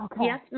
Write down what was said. Yes